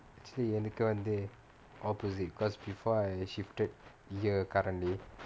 actually எனக்கு வந்து:enakku vanthu opposite because before I shifted year currently